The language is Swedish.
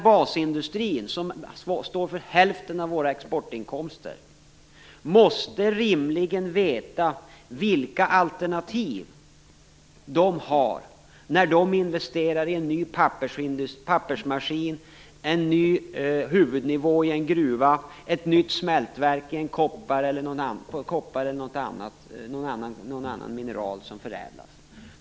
Basindustrin, som står för hälften av våra exportinkomster, måste rimligen veta vilka alternativ den har när man investerar i en ny pappersmaskin, en ny huvudnivå i en gruva, ett nytt smältverk för koppar eller någon annan mineral som förädlas.